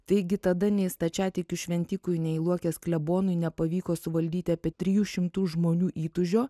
taigi tada nei stačiatikių šventikui nei luokės klebonui nepavyko suvaldyti apie trijų šimtų žmonių įtūžio